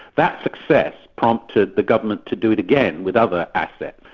that success prompted the government to do it again with other assets,